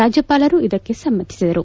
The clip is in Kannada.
ರಾಜ್ಯಪಾಲರು ಇದಕ್ಕೆ ಸಮ್ಮತಿಸಿದರು